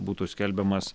būtų skelbiamas